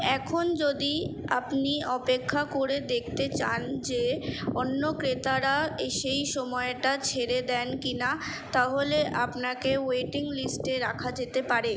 এখন যদি আপনি অপেক্ষা করে দেখতে চান যে অন্য ক্রেতারা এই সেই সময়টা ছেড়ে দেন কিনা তাহলে আপনাকে ওয়েটিং লিস্টে রাখা যেতে পারে